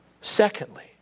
Secondly